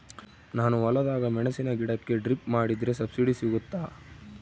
ನಾನು ಹೊಲದಾಗ ಮೆಣಸಿನ ಗಿಡಕ್ಕೆ ಡ್ರಿಪ್ ಮಾಡಿದ್ರೆ ಸಬ್ಸಿಡಿ ಸಿಗುತ್ತಾ?